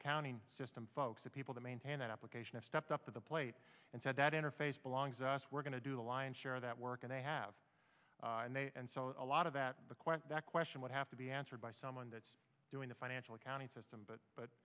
accounting system folks the people to maintain an application have stepped up to the plate and said that interface belongs to us we're going to do the lion's share of that work and i have a lot of that request that question would have to be answered by someone that's doing the financial accounting system but but